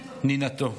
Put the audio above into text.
נינתו.